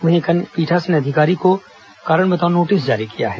वहीं एक अन्य पीठासीन अधिकारी को कारण बताओं नोटिस जारी किया है